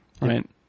right